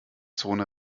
zone